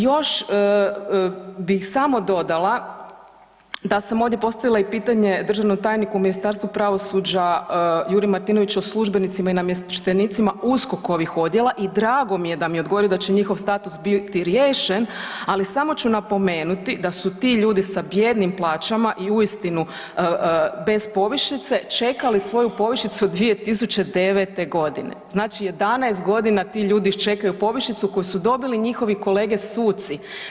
Još bi samo dodala da sam ovdje postavila i pitanje državnom tajniku Ministarstva pravosuđa Juri Martinoviću o službenicima i namještenica USKOK-ovih odjela i drago mi je da mi je odgovorio da će njihov status biti riješen, ali samo ću napomenuti da su ti ljudi sa bijednim plaćama i uistinu bez povišice čekali svoju povišicu 2009. g., znači 11 godina ti ljudi čekaju povišicu koju su dobili njihovi kolege suci.